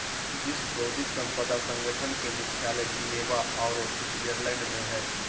विश्व बौद्धिक संपदा संगठन के मुख्यालय जिनेवा औरो स्विटजरलैंड में हइ